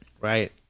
Right